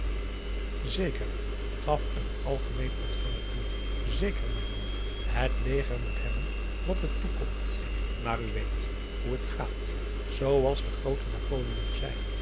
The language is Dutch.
zeker gaf een algemeen ontvanger toe zeker majoor het leger moet hebben wat het toekomt maar u weet hoe het gaat zooals de groote napoleon zei